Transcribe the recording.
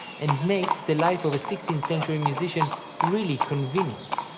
and makes the life of a sixteenth century musician really convenient.